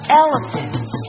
elephants